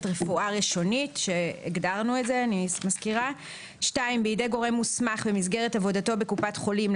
רפואה ראשונית; בידי גורם מוסמך במסגרת עבודתו בקופת חולים,